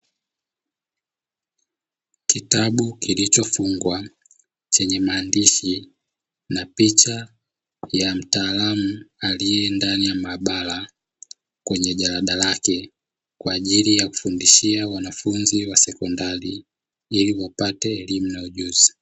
Kitabu kilichofungwa chenye maandishi na picha ya mtaalamu aliyendani ya maabara, kwenye jalada lake; kwa ajili ya kufundishia wanafunzi wa sekondari ili wapate elimu na ujuzi.